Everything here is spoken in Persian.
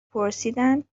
پرسیدند